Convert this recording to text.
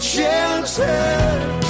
Chances